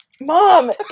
Mom